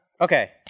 Okay